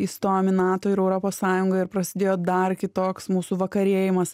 įstojom į nato ir europos sąjungą ir prasidėjo dar kitoks mūsų vakarėjimas